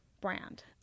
brand